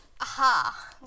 Aha